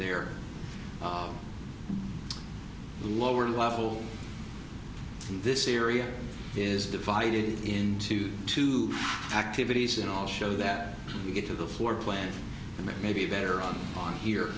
there the lower level in this area is divided into two activities in all show that you get to the floor plan and maybe better on on here